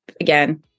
again